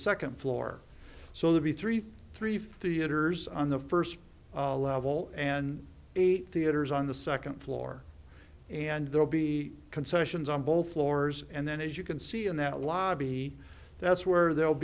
second floor so the b three three fifty enters on the first level and eight theaters on the second floor and they will be concessions on both floors and then as you can see in that lobby that's where they'll